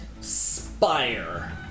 spire